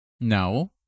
No